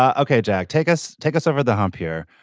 ah okay jack take us take us over the hump here.